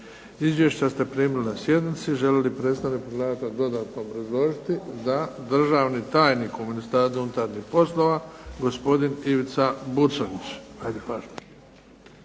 Izvješća ste primili na sjednici. Želi li predstavnik predlagatelja dodatno obrazložiti? DA. Državni tajnik u Ministarstvu unutarnjih poslova, gospodin Ivica Buconjić.